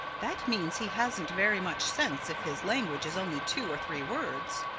that means he hasn't very much sense if his language is only two or three words?